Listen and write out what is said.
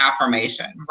affirmation